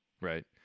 right